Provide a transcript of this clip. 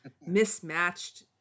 mismatched